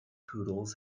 poodles